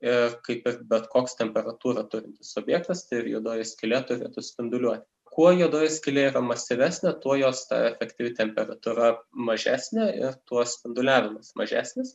ir kaip bet koks temperatūrą turi subjektas ir juodoji skylė turėtų spinduliuoti kuo juodoji skylė yra masyvesnė tuo jos ta efektyvi temperatūra mažesnė ir tuo spinduliavimas mažesnis